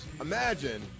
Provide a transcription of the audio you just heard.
imagine